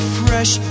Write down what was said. fresh